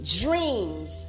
dreams